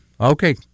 Okay